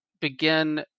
begin